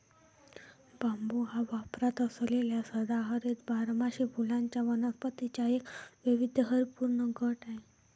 बांबू हा वापरात असलेल्या सदाहरित बारमाही फुलांच्या वनस्पतींचा एक वैविध्यपूर्ण गट आहे